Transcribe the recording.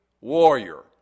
warrior